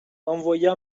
envoya